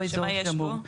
שמה יש בו?